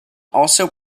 also